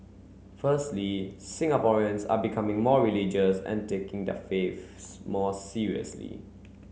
firstly Singaporeans are becoming more religious and taking their faiths more seriously